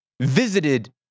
visited